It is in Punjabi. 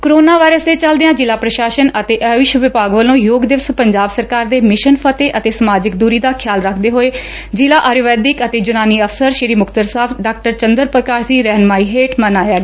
ਕੋਰੋਨਾ ਵਾਇਰਸ ਦੇ ਚਲਦਿਆਂ ਜਿਲਾ ਪੁਸ਼ਾਸਨ ਅਤੇ ਆਯੁਸ਼ ਵਿਭਾਗ ਵਲੋ ਯੋਗ ਦਿਵਸ ਪੰਜਾਬ ਸਰਕਾਰ ਦੇ ਮਿਸ਼ਨ ਫਤਿਹ ਅਤੇ ਸਮਾਜਿਕ ਦੁਰੀ ਦਾ ਖਿਆਲ ਰੱਖਦੇ ਹੋਏ ਜਿਲਾ ਆਯੁਰਵੈਦਿਕ ਅਤੇ ਯੁਨਾਨੀ ਅਫਸਰ ਸ਼ੀ ਮੁਕਤਸਰ ਸਾਹਿਬ ਡਾਕਟਰ ਚੰਦਰ ਪੁਕਾਸ਼ ਦੀ ਰਹਿਨੁਮਾਈ ਹੇਠ ਮਨਾਇਆ ਗਿਆਂ